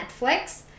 netflix